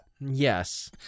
Yes